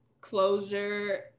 closure